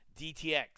DTX